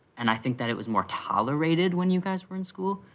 and i think that it was more tolerated when you guys were in school,